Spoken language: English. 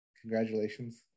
Congratulations